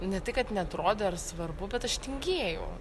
ne tai kad neatrodė ar svarbu bet aš tingėjau